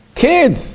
kids